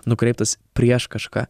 nukreiptas prieš kažką